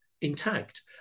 intact